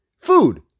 Food